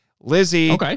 Lizzie